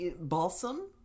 balsam